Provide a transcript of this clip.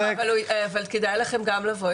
כדאי לכם גם לבוא.